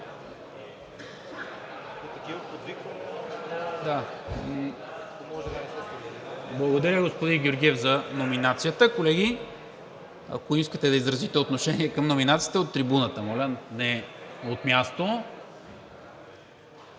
Благодаря, господин Георгиев, за номинацията. Колеги, ако искате да изразите отношение към номинацията, от трибуната, моля, а не от място.